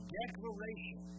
declaration